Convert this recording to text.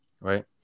right